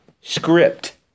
script